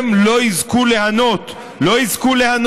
הם לא יזכו ליהנות מהרפורמה,